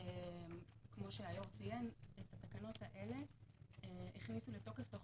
כמו שהיו"ר ציין, את התקנות האלה הכניסו לתוקף תוך